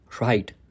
right